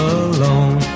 alone